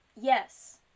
Yes